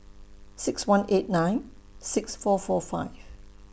six one eight nine six four four five